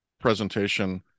presentation